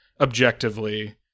objectively